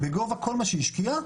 בגובה כל מה שהיא השקיעה,